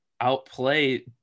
outplay